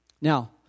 Now